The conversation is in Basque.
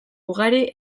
ugari